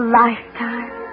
lifetime